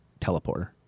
teleporter